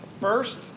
first